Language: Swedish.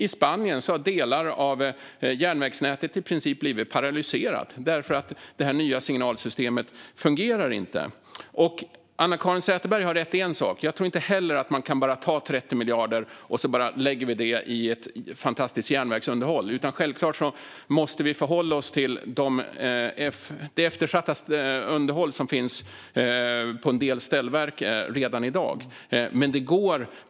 I Spanien har delar av järnvägsnätet i princip blivit paralyserat därför att det nya signalsystemet inte fungerar. Anna-Caren Sätherberg har rätt i en sak - jag tror inte heller att man kan ta 30 miljarder och bara lägga det i ett fantastiskt järnvägsunderhåll, utan självklart måste vi förhålla oss till det eftersatta underhållet när det gäller en del ställverk redan i dag.